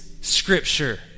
scripture